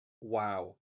wow